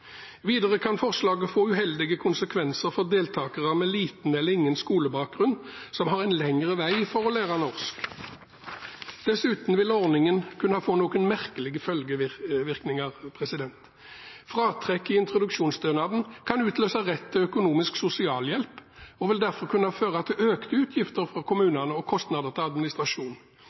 Videre kan forslaget få uheldige konsekvenser for deltakere med liten eller ingen skolebakgrunn som har en lengre vei for å lære norsk. Dessuten vil ordningen kunne få noen merkelige følgevirkninger: Fratrekk i introduksjonsstønaden kan utløse rett til økonomisk sosialhjelp og vil derfor kunne føre til økte utgifter for kommunene og kostnader til administrasjon.